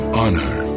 honor